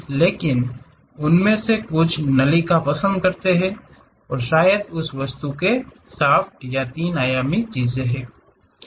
लेकिन उनमें से कुछ नलिका पसंद करते हैं और शायद उस वस्तु के शाफ्ट ये तीन आयामी चीजें हैं